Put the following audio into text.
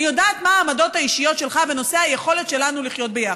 אני יודעת מה העמדות האישיות שלך בנושא היכולת שלנו לחיות ביחד,